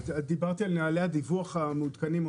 דיברתי על נהלי הדיווח המעודכנים.